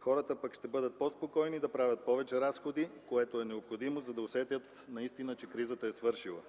Хората пък ще бъдат по-спокойни, за да правят повече разходи, което е необходимо, за да усетят наистина, че кризата е свършила.